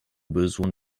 besoin